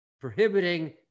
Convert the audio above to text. prohibiting